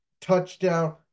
touchdown